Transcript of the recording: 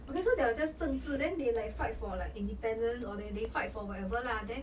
okay so they are just 政治 then they like fight for independence or they they fight for whatever lah then